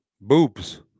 Boobs